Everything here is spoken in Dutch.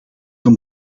een